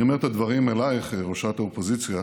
אני אומר את הדברים אלייך, ראשת האופוזיציה,